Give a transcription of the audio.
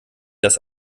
das